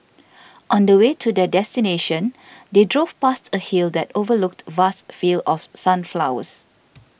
on the way to their destination they drove past a hill that overlooked vast fields of sunflowers